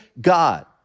God